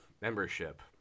membership